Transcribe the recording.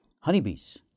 honeybees